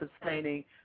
sustaining